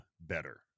better